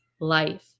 life